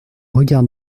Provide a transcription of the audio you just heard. regard